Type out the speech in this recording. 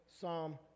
Psalm